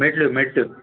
मेट्ल्यो Metlo